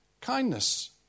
Kindness